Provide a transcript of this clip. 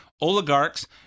oligarchs